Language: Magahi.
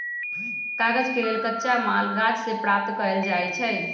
कागज के लेल कच्चा माल गाछ से प्राप्त कएल जाइ छइ